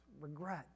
regret